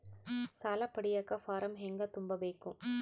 ಸಾಲ ಪಡಿಯಕ ಫಾರಂ ಹೆಂಗ ತುಂಬಬೇಕು?